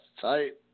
tight